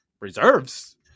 Reserves